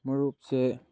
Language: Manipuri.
ꯃꯔꯨꯞꯁꯦ